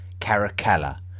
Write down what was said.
Caracalla